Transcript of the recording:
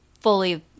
fully